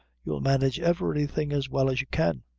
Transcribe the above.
you'll manage every thing as well as you can.